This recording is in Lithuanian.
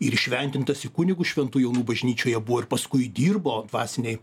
ir įšventintas į kunigus šventų jonų bažnyčioje buvo ir paskui dirbo dvasinėj